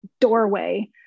doorway